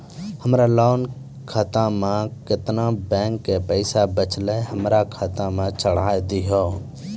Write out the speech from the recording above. हमरा लोन खाता मे केतना बैंक के पैसा बचलै हमरा खाता मे चढ़ाय दिहो?